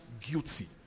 guilty